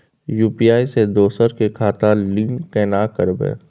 UPI से दोसर के खाता लिंक केना करबे?